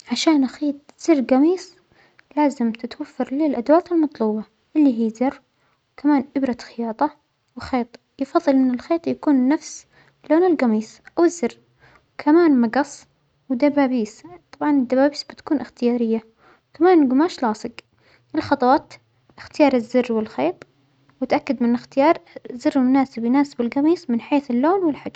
عشان أخيط زر جميص لازم تتوفر لى الأدوات المطلوبة، اللى هى زر وكمان أبرة خياطة وخيط، يفظل أن الخيط يكون نفس لون الجميص أو الزر، وكمان مجص ودبابيس كمان الدبابيس بتكون إختيارية وكمان جماش لاصق، الخطوات أختيار الزر والخيط وأتأكد من اختيار زر مناسب يناسب الجميص من حيث اللون والحجم.